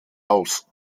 aus